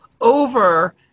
over